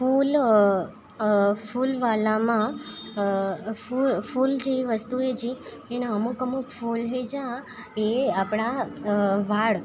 ફૂલ ફૂલ વાલામાં ફૂલ જે વસ્તુએ જે એના અમુક અમુક ફુલે જ એ આપણા વાળ